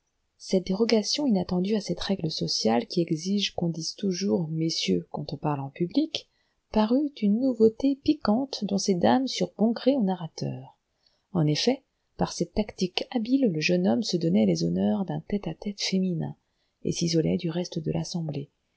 cette dérogation inattendue à cette règle sociale qui exige qu'on dise toujours messieurs quand on parle en public parut une nouveauté piquante dont ces dames surent bon gré au narrateur en effet par cette tactique habile le jeune homme se donnait les honneurs d'un tête-à-tête féminin et s'isolait du reste de l'assemblée